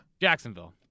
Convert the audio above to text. Jacksonville